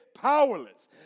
powerless